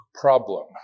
problem